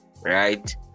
right